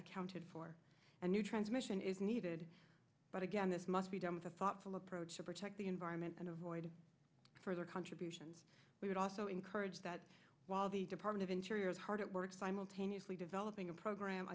accounted for and new transmission is needed but again this must be done with a thoughtful approach to protect the environment and avoid further contribution we would also encourage that while the department of interior is hard at work simultaneously developing a program